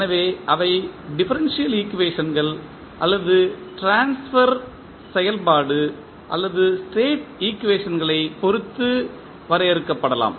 எனவே அவை டிஃபரன்ஷியல் ஈக்குவேஷன்கள் அல்லது ட்ரான்ஸ்பர் செயல்பாடு அல்லது ஸ்டேட் ஈக்குவேஷன்களைப் பொறுத்து வரையறுக்கப்படலாம்